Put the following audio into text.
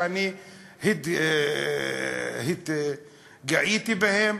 שאני התגאיתי בהן,